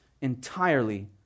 entirely